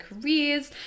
careers